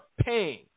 paying